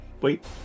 wait